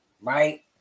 right